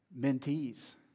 Mentees